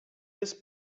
this